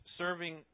serving